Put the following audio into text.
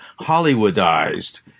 Hollywoodized